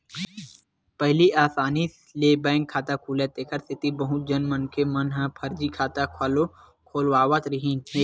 पहिली असानी ले बैंक खाता खुलय तेखर सेती बहुत झन मनखे मन ह फरजी खाता घलो खोलवावत रिहिन हे